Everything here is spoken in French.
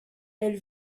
elle